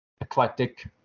eclectic